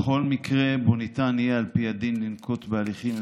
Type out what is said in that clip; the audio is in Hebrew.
בכל מקרה שבו ניתן יהיה על פי הדין לנקוט הליכים,